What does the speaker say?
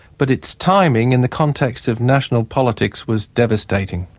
but its timing in the context of national politics was devastating.